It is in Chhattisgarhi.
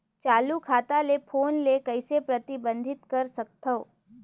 चालू खाता ले फोन ले कइसे प्रतिबंधित कर सकथव?